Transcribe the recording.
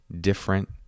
different